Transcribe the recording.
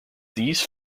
these